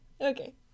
Okay